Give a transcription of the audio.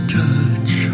touch